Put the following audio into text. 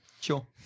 Sure